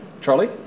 Charlie